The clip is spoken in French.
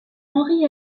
henri